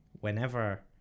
whenever